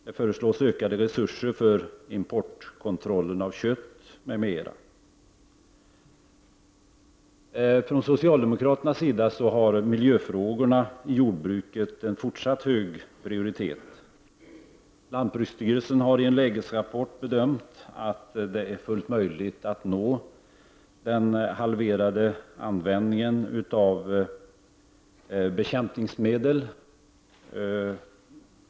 Det föreslås ökade resurser för kontroll av importerat kött m.m. Från socialdemokraternas sida har miljöfrågorna en fortsatt hög prioritet när det gäller jordbruket. Lantbruksstyrelsen har i en lägesrapport bedömt att det är fullt möjligt att nå målet om halverad användning av bekämpningsmedel.